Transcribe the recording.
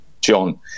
John